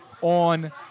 on